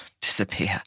disappear